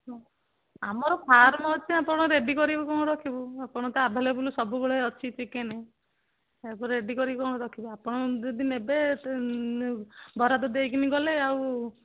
ହ ଆମର ଫାର୍ମ ଅଛି ଆପଣ ରେଡି କରିବୁ କ'ଣ ରଖିବୁ ଆମର ତ ଆଭେଲେବୁଲ ସବୁବେଳେ ଅଛି ଚିକେନ୍ ତାପରେ ରେଡି କରିକି କ'ଣ ରଖିବୁ ଆପଣ ଯଦି ନେବେ ବରାଦ ଦେଇକି ଗଲେ ଆଉ